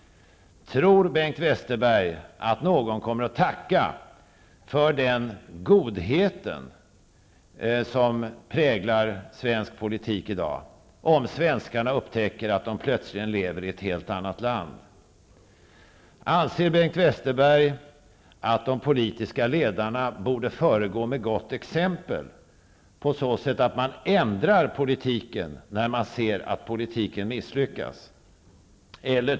Tror Bengt Westerberg att någon kommer att tacka för den godhet som präglar svensk politik i dag, om svenskarna upptäcker att de plötsligt lever i ett helt annat land? Anser Bengt Westerberg att de politiska ledarna borde föregå med gott exempel på så sätt att man ändrar politiken när man ser att den har misslyckats?